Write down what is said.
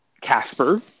Casper